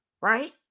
right